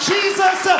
Jesus